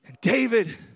David